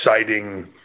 exciting